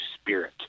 spirit